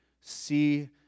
See